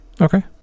Okay